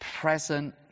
present